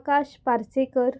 Akash Parsekar